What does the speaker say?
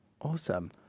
Awesome